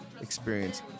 Experience